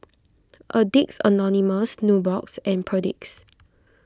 Addicts Anonymous Nubox and Perdix